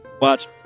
watch